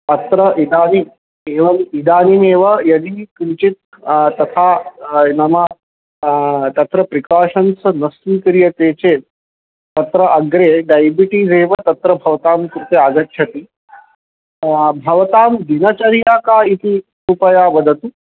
अत्र इदानीम् एवम् इदानीमेव यदि किञ्चित् तथा नाम तत्र प्रिकाषन्स् न स्वीक्रियते चेत् तत्र अग्रे दैबिटीस् एव तत्र भवतां कृते आगच्छति भवतां दिनचर्या का इति कृपया वदतु